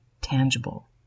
tangible